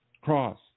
cross